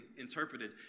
interpreted